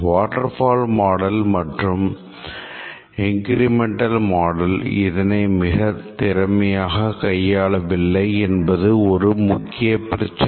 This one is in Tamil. வாட்டர்பால் மாடல் மற்றும் இன்கிரிமெண்டல் மாடல் இதனை மிகத் திறமையாக கையாளவில்லை என்பது ஒரு முக்கிய பிரச்சனை